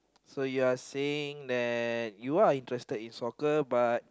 so you are saying that you are interested in soccer but